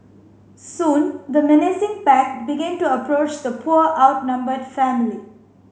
soon the menacing pack began to approach the poor outnumbered family